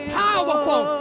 powerful